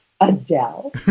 Adele